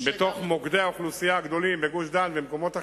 בתוך מוקדי האוכלוסייה הגדולים בגוש-דן ובמקומות אחרים,